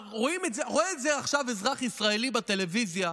רואה את זה עכשיו אזרח ישראלי בטלוויזיה,